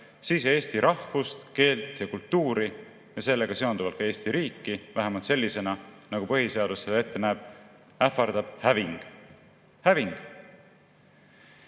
siis eesti rahvust, keelt ja kultuuri ja sellega seonduvalt ka Eesti riiki, vähemalt sellisena, nagu põhiseadus ette näeb, ähvardab häving. Häving!